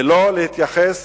ולא להתייחס: